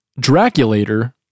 Draculator